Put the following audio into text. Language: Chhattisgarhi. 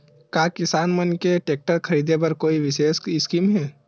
का किसान मन के टेक्टर ख़रीदे बर कोई विशेष स्कीम हे?